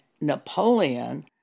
Napoleon